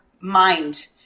mind